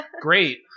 Great